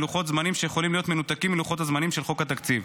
בלוחות זמנים שיכולים להיות מנותקים מלוחות הזמנים של חוק התקציב.